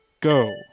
go